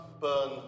burn